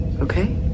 Okay